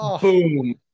boom